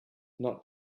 not